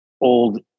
Old